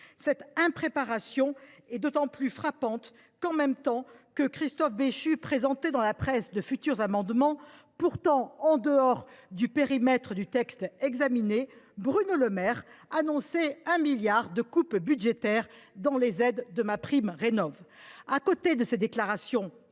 Cette impréparation est d’autant plus frappante que, alors même que Christophe Béchu présentait dans la presse de futurs amendements, pourtant en dehors du périmètre du texte examiné, Bruno Le Maire annonçait 1 milliard de coupes budgétaires dans les aides de MaPrimeRénov’.